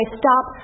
stop